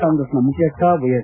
ಕಾಂಗ್ರೆಸ್ನ ಮುಖ್ಯಸ್ಟ ವೈಎಸ್